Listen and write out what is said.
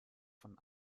von